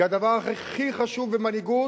כי הדבר הכי חשוב במנהיגות,